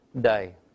day